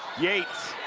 yates,